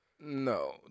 no